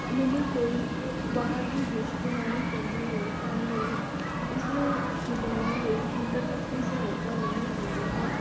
ਮੈਨੂੰ ਕੋਈ ਬਾਹਰ ਦੀ ਡਿਸ਼ ਬਣਾਉਣੀ ਪੈਂਦੀ ਹੈ ਤਾਂ ਮੈਨੂੰ ਇਸ ਨੂੰ ਬਣਾਉਣ ਲਈ ਇੰਟਰਨੈੱਟ ਦੀ ਸਹਾਇਤਾ ਲੈਣੀ ਪੈਂਦੀ ਹੈ